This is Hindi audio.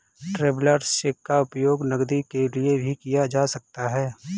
ट्रैवेलर्स चेक का उपयोग नकदी के लिए भी किया जा सकता है